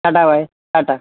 tata bye tata